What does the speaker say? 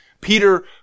Peter